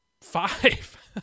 five